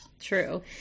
true